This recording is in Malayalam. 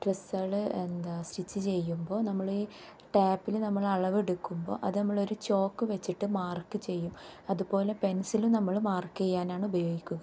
ഡ്രെസ്സുകൾ എന്താ സ്റ്റിച്ച് ചെയ്യുമ്പോൾ നമ്മളീ ടാപ്പിൽ നമ്മൾ അളവെടുക്കുമ്പോൾ അത് നമ്മളൊരു ചോക്ക് വെച്ചിട്ട് മാർക്ക് ചെയ്യും അതുപോലെ പെൻസിലും നമ്മൾ മാർക്ക് ചെയ്യാനാണ് ഉപയോഗിക്കുന്നത്